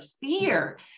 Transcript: fear